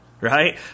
Right